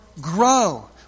grow